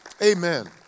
Amen